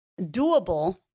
doable